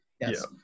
yes